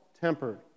tempered